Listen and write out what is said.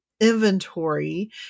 inventory